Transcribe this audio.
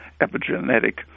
epigenetic